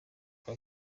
uyu